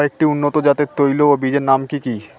কয়েকটি উন্নত জাতের তৈল ও বীজের নাম কি কি?